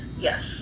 Yes